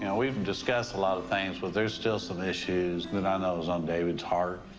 and we've and discussed a lot of things, but there's still some issues that i know is on david's heart.